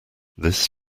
this